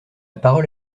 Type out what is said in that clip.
parole